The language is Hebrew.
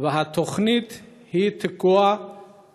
והתוכנית תקועה